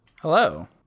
Hello